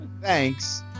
Thanks